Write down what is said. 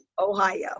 Ohio